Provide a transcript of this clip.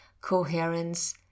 coherence